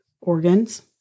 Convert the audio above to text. organs